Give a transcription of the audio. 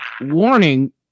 warning